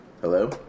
Hello